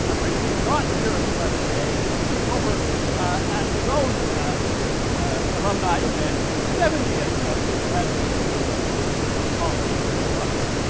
ah the reason he's not here with us today is that he's over at his own alumni event the seventieth of his graduation from trinity college, so there you are.